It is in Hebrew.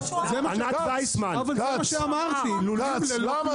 כמה עולה